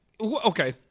okay